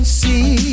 see